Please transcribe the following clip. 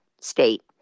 state